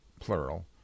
plural